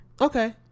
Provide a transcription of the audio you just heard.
Okay